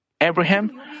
Abraham